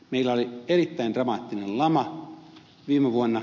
meillä oli erittäin dramaattinen lama viime vuonna